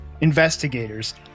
Investigators